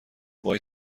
وای